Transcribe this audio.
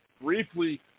briefly